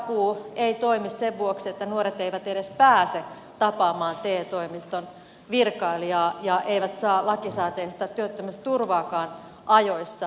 nuorisotakuu ei toimi sen vuoksi että nuoret eivät edes pääse tapaamaan te toimiston virkailijaa ja eivät saa lakisääteistä työttömyysturvaakaan ajoissa